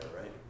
right